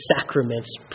sacrament's